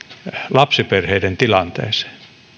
lapsiperheiden tilanteeseen